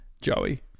joey